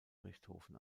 richthofen